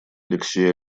алексея